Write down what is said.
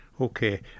Okay